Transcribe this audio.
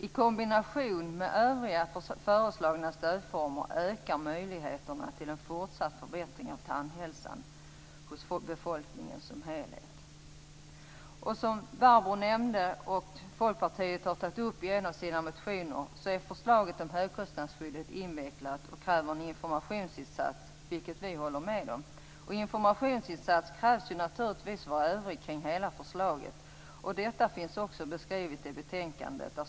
I kombination med övriga föreslagna stödformer ökar möjligheterna till en fortsatt förbättring av tandhälsan hos befolkningen som helhet. Som Barbro Westerholm nämnde och som Folkpartiet har tagit upp i en av sina motioner är förslaget om högkostnadsskyddet invecklat och kräver en informationsinsats. Det håller vi med om. Informationsinsatser krävs för övrigt naturligtvis kring hela förslaget. Detta finns beskrivet i betänkandet.